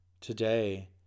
today